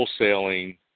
wholesaling